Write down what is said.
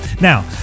Now